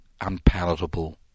unpalatable